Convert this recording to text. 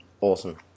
Awesome